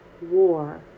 war